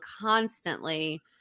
constantly